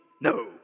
No